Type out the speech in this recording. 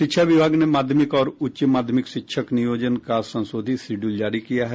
शिक्षा विभाग ने माध्यमिक और उच्च माध्यमिक शिक्षक नियोजन का संशोधित शिड्यूल जारी किया है